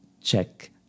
check